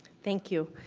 thank you.